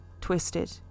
Twisted